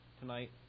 tonight